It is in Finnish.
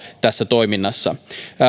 tässä toiminnassa